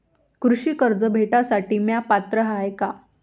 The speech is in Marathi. कृषी कर्ज भेटासाठी म्या पात्र हाय का?